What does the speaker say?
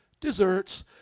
Desserts